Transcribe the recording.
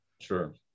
Sure